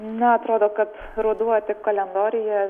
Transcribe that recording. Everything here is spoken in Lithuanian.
na atrodo kad ruduo tik kalendoriuje